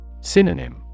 Synonym